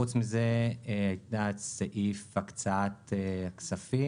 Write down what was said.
חוץ מזה היה את סעיף הקצאת כספים,